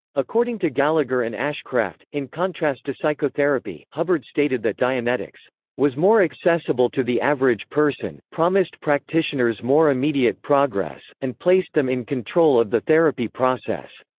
according to gallagher and ashcraft, in contrast to psychotherapy, hubbard stated that dianetics was more accessible to the average person, promised practitioners more immediate progress, and placed them in control of the therapy process.